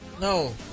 No